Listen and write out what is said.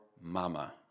mama